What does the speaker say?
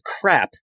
Crap